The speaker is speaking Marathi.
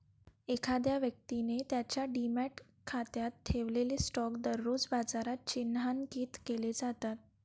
एखाद्या व्यक्तीने त्याच्या डिमॅट खात्यात ठेवलेले स्टॉक दररोज बाजारात चिन्हांकित केले जातात